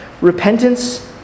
Repentance